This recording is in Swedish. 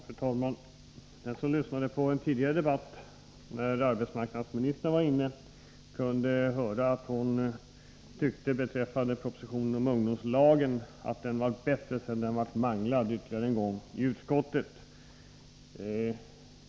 Fru talman! Den som lyssnade på den tidigare debatten, när arbetsmarknadsministern var inne i kammaren, kunde höra att hon beträffande propositionen om ungdomslag tyckte att förslaget hade blivit bättre sedan det manglats ytterligare en gång i utskottet.